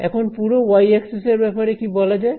এখন পুরো y axis এর ব্যাপারে কি বলা যায়